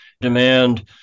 demand